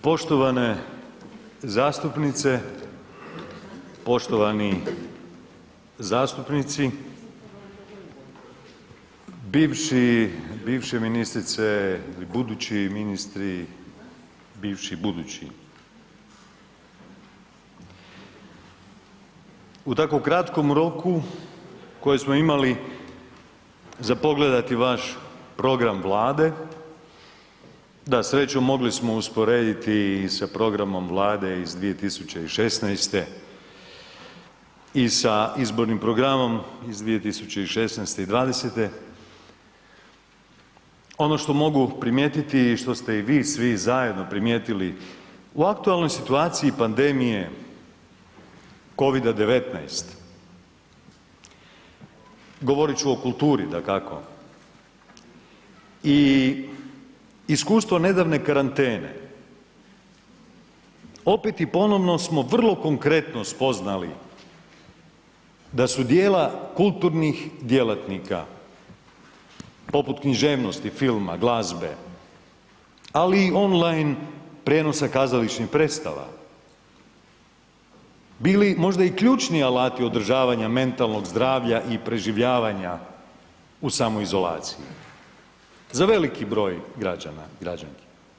Poštovane zastupnice, poštovani zastupnici, bivše ministrice, budući ministri, bivši budući, u tako kratkom roku koji smo imali za pogledati vaš program Vlade, da srećom mogli smo usporediti i sa programom Vlade iz 2016. i sa izbornom programom iz 2016. i '20.-te ono što mogu primijetiti i što ste i vi svi zajedno primijetili u aktualnoj situaciji pandemije kovida 19, govorit ću o kulturi dakako i iskustvo nedavne karantene opet i ponovno smo vrlo konkretno spoznali da su djela kulturnih djelatnika poput književnosti, filma, glazbe, ali i on line prijenosa kazališnih predstava bili možda i ključni alata održavanja mentalnog zdravlja i preživljavanja u samoizolaciji za veliki broj građana i građanki.